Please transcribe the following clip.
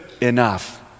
enough